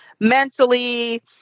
mentally